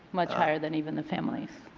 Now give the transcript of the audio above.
much higher than even the families.